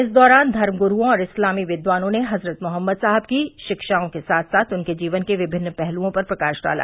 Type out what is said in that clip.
इस दौरान धर्मगुरूओं और इस्लामी विद्वानों ने हज़रत मोहम्मद साहब की शिक्षाओं के साथ साथ उनके जीवन के विभिन्न पहलुओं पर प्रकाश डाला